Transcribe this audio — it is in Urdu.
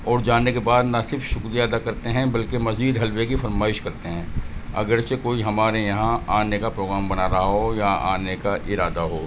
اور جانے کے بعد نہ صرف شکریہ ادا کرتے ہیں بلکہ مزید حلوے کی فرمائش کرتے ہیں اگرچہ کوئی ہمارے یہاں آنے کا پروگرام بنا رہا ہو یا آنے کا ارادہ ہو